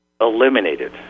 eliminated